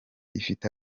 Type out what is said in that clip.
ifite